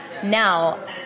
Now